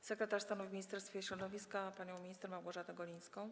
sekretarz stanu w Ministerstwie Środowiska panią minister Małgorzatę Golińską.